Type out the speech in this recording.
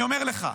אני אומר לך: